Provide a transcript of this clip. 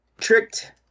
tricked